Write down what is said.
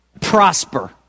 prosper